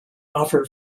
offer